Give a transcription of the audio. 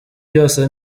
byose